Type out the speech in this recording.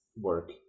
work